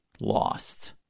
lost